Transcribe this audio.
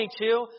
22